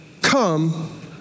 Come